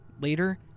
Later